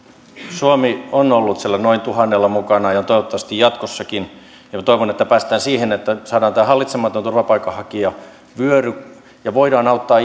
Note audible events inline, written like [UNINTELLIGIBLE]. suomi on ollut siellä noin tuhannella mukana ja on toivottavasti jatkossakin toivon että päästään siihen että saadaan tämä hallitsematon turvapaikanhakijavyöry loppumaan ja voidaan auttaa [UNINTELLIGIBLE]